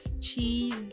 cheese